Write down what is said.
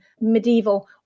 medieval